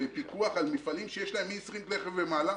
בפיקוח על מפעלים שיש להם מ-20 כלי רכב ומעלה,